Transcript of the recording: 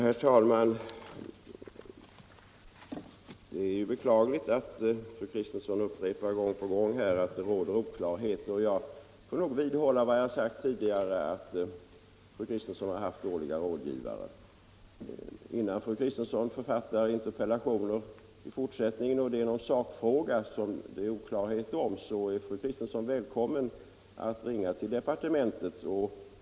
Herr talman! Det är ju beklagligt att fru Kristensson gång på gång upprepar att det råder oklarhet. Jag får nog vidhålla vad jag tidigare sagt att fru Kristensson haft dåliga rådgivare. Innan fru Kristensson i fortsättningen författar interpellationer där någon sakfråga är oklar så är fru Kristensson välkommen att ringa till departementet.